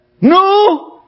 no